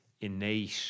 innate